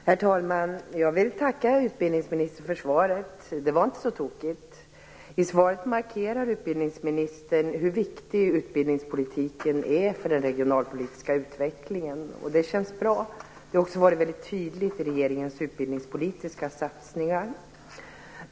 Herr talman! Jag vill tacka utbildningsministern för svaret. Det var inte så tokigt. I svaret markerar utbildningsministern hur viktig utbildningspolitiken är för den regionalpolitiska utvecklingen, och det känns bra. Det har också varit väldigt tydligt i regeringens utbildningspolitiska satsningar.